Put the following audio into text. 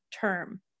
term